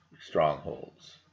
strongholds